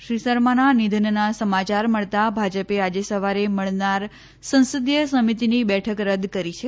શ્રી શર્માના નિધનના સમાચાર મળતા ભાજપે આજે સવારે મળનાર સંસદીય સમિતિની બેઠક રદ કરી છે